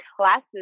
classes